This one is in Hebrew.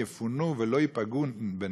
יפונו ולא ייפגעו בנפש.